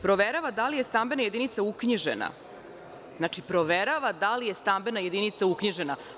Proverava da li je stambena jedinica uknjižena, znači proverava da li je stambena jedinica uknjižena.